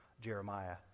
Jeremiah